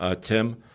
Tim